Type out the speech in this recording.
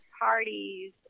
parties